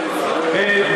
הוא נהנה מספיק.